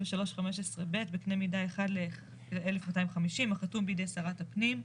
ג.23.15.ב בקנה מידה 1:1250 החתום בידי שרת הפנים.